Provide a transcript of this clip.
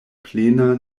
plena